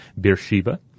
Beersheba